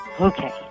Okay